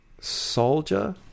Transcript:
soldier